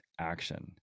action